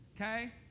okay